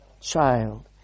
child